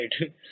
right